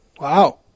Wow